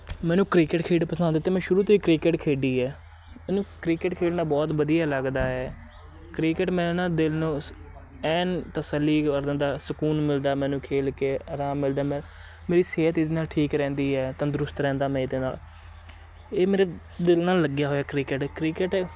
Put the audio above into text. ਮੈਨੂੰ ਕ੍ਰਿਕੇਟ ਖੇਡ ਪਸੰਦ ਅਤੇ ਮੈਂ ਸ਼ੁਰੂ ਤੋਂ ਹੀ ਕ੍ਰਿਕਟ ਖੇਡੀ ਹੈ ਮੈਨੂੰ ਕ੍ਰਿਕਟ ਖੇਡਣਾ ਬਹੁਤ ਵਧੀਆ ਲੱਗਦਾ ਹੈ ਕ੍ਰਿਕਟ ਮੈਂ ਨਾ ਦਿਲ ਨੂੰ ਸ ਐਨ ਤਸੱਲੀ ਕਰ ਦਿੰਦਾ ਸਕੂਨ ਮਿਲਦਾ ਮੈਨੂੰ ਖੇਲ ਕੇ ਆਰਾਮ ਮਿਲਦਾ ਮੈਂ ਮੇਰੀ ਸਿਹਤ ਇਹਦੇ ਨਾਲ ਠੀਕ ਰਹਿੰਦੀ ਹੈ ਤੰਦਰੁਸਤ ਰਹਿੰਦਾ ਮੈਂ ਇਹਦੇ ਨਾਲ ਇਹ ਮੇਰੇ ਦਿਲ ਨਾਲ ਲੱਗਿਆ ਹੋਇਆ ਕ੍ਰਿਕੇਟ ਕ੍ਰਿਕੇਟ